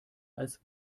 als